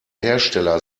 hersteller